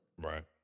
Right